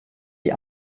die